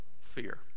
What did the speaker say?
fear